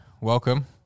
Welcome